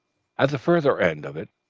at the farther end of it,